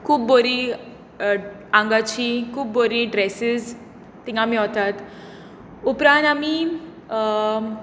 खूब बरी आंगाचीं खूब बरी ड्रेसिस थंय मेळटात उपरांत आमी